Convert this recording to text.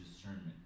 discernment